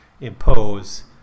impose